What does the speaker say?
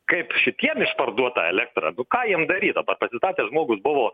kaip šitiem išparduot tą elektrą nu ką jiem daryt dabar pasistatė žmogus buvo